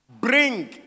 Bring